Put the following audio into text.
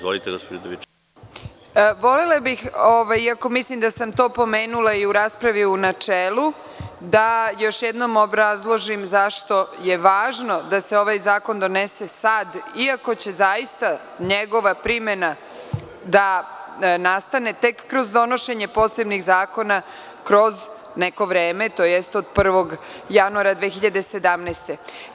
Volela bih, iako mislim da sam to pomenula i u raspravi u načelu, da još jednom obrazložim zašto je važno da se ovaj zakon donese sad, iako će zaista njegova primena da nastane tek kroz donošenje posebnih zakona kroz neko vreme, tj. od 1. januara 2017. godine.